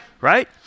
right